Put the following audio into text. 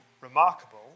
remarkable